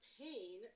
pain